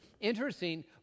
Interesting